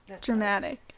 Dramatic